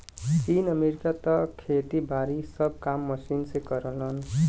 चीन, अमेरिका त खेती बारी के सब काम मशीन के करलन